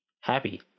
happy